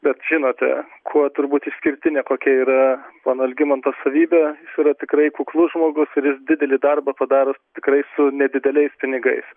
bet žinote kuo turbūt išskirtinė kokia yra pono algimanto savybė yra tikrai kuklus žmogus ir jis didelį darbą padaro tikrai su nedideliais pinigais